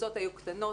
הקבוצות היו קטנות,